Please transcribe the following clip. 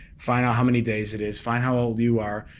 find out how many days it is, find how old you are,